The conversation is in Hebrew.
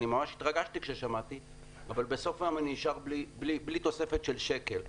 אני ממש התרגשתי כששמעתי אותה אבל בסוף היום אני נשאר בלי תוספת של שקל.